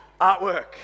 artwork